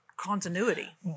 Continuity